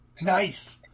nice